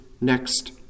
next